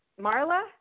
Marla